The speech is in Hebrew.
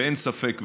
ואין ספק בכך.